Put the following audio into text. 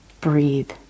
breathe